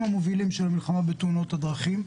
המובילים במלחמה בתאונות הדרכים.